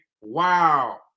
Wow